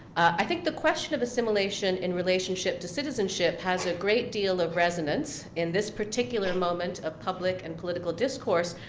i think the question of assimilation in relationship to citizenship has a great deal of resonance in this particular moment of public and political discourse,